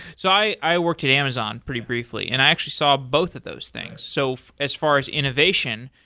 so i i worked at amazon pretty briefly and i actually saw both of those things. so as far as innovation,